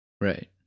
Right